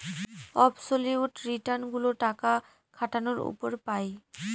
absolute return গুলো টাকা খাটানোর উপর পাই